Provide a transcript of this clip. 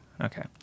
Okay